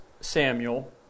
Samuel